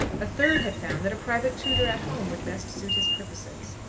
a third had found that a private tutor at home would best suit his purposes.